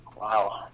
Wow